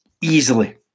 Easily